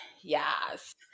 yes